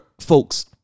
folks